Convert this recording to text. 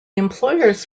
employers